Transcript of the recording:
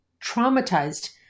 traumatized